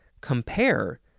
compare